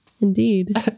Indeed